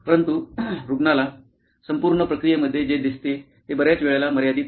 परंतु रुग्णाला संपूर्ण प्रक्रियेमध्ये जे दिसते ते बर्याच वेळा मर्यादित होते